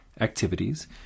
activities